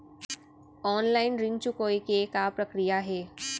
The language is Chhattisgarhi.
ऑनलाइन ऋण चुकोय के का प्रक्रिया हे?